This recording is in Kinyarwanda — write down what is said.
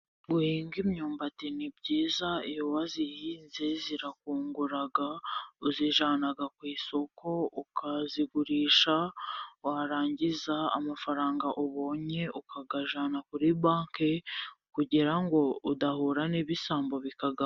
Guhinga imyumbati ni byiza. Iyo wayihinze irakungura uyijyana ku isoko ukayigurisha warangiza amafaranga ubonye ukayajyana kuri banki kugira ngo udahura n'ibisambo bikayakwaka.